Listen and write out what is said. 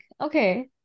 okay